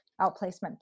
outplacement